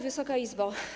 Wysoka Izbo!